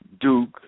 Duke